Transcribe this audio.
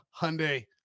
Hyundai